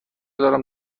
دارم